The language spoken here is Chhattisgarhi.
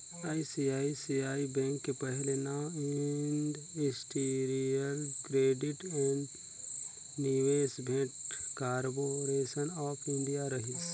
आई.सी.आई.सी.आई बेंक के पहिले नांव इंडस्टिरियल क्रेडिट ऐंड निवेस भेंट कारबो रेसन आँफ इंडिया रहिस